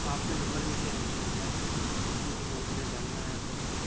आपके नंबर मिले है मुझे ऑनलाइन मुझे घूमने जाना है तो फिर